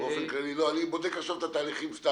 אני בודק את התהליכים באופן כללי,